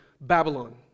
Babylon